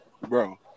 Bro